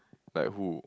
like who